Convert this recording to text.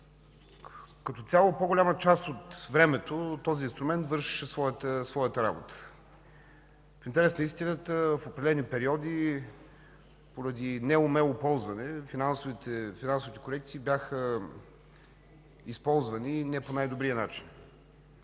Като цяло по-голяма част от времето този инструмент вършеше своята работа. В интерес на истината в определени периоди поради неумело ползване финансовите корекции бяха използвани не по най-добрия начин.